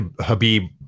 Habib